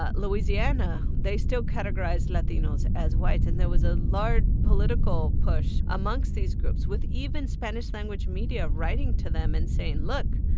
ah louisiana they still categorized latinos as whites, and there was a large political push amongst these groups, with even spanish-language media writing to them and saying, look,